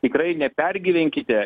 tikrai nepergyvenkite